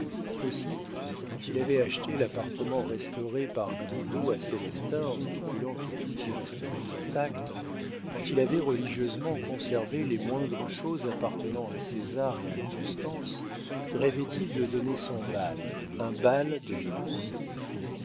aussi quand il avait acheté l'appartement restauré par grindot à célestin en stipulant que tout y resterait intact quand il avait religieusement conservé les moindres choses appartenant à césar et à constance rêvait-il de donner son bal un bal de